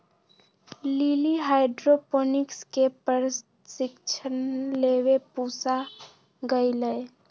lily hydroponics के प्रशिक्षण लेवे पूसा गईलय